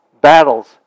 battles